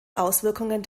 auswirkungen